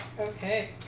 Okay